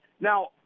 Now